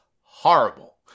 horrible